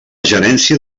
gerència